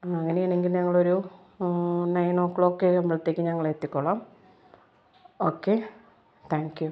അങ്ങനെ ആണെങ്കിൽ ഞങ്ങൾ ഒരു നൈനോ ക്ലോക്കാവുമ്പോഴത്തേക്ക് ഞങ്ങൾ എത്തിക്കൊളാം ഓക്കെ താങ്ക് യു